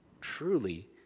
truly